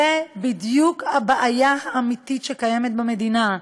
זו בדיוק הבעיה האמיתית שקיימת במדינה: